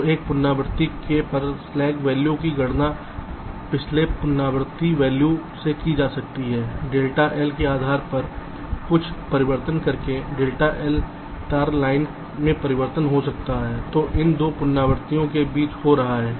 तो एक पुनरावृत्ति k पर स्लैक वैल्यू की गणना पिछले पुनरावृत्ति वैल्यू से की जा सकती है डेल्टा L के आधार पर कुछ परिवर्तन करके डेल्टा L तार लंबाई में परिवर्तन हो सकता है जो इन 2 पुनरावृत्तियों के बीच हो रहा है